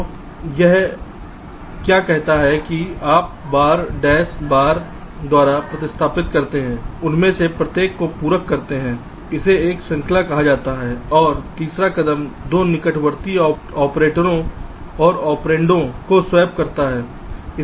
तो यह क्या कहता है कि आप बार डैश बार द्वारा प्रतिस्थापित करते हैं उनमें से प्रत्येक को पूरक करते हैं इसे एक श्रृंखला कहा जाता है और तीसरा कदम दो निकटवर्ती ऑपरेटरों और ऑपरेंडों को स्वैप करता है